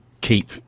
keep